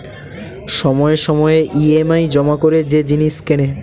সময়ে সময়ে ই.এম.আই জমা করে যে জিনিস কেনে